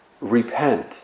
Repent